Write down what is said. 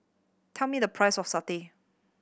tell me the price of satay